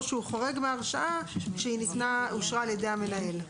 או שהוא חורג מהרשאה שהיא אושרה על ידי המנהל.